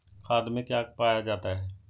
खाद में क्या पाया जाता है?